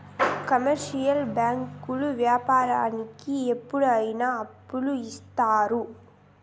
commercial బ్యాంకులు వ్యాపారానికి ఎప్పుడు అయిన అప్పులు ఇత్తారు